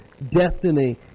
destiny